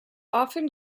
often